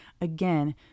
again